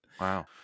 Wow